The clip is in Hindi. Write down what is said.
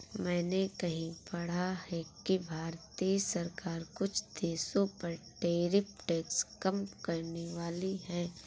मैंने कहीं पढ़ा है कि भारतीय सरकार कुछ देशों पर टैरिफ टैक्स कम करनेवाली है